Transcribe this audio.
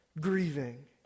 grieving